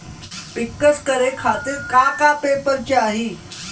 पिक्कस करे खातिर का का पेपर चाही?